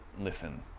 listen